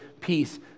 peace